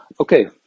Okay